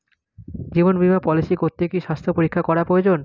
জীবন বীমা পলিসি করতে কি স্বাস্থ্য পরীক্ষা করা প্রয়োজন?